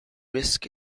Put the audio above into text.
risk